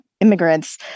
immigrants